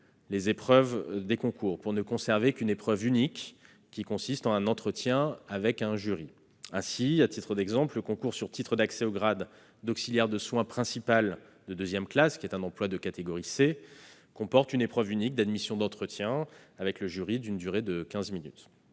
les épreuves des concours, afin de ne conserver qu'une épreuve unique, qui consiste en un entretien avec un jury. À titre d'exemple, le concours sur titre d'accès au grade d'auxiliaire de soins principal de deuxième classe, un emploi de catégorie C, comporte une épreuve unique d'admission d'entretien avec le jury d'une durée de quinze minutes.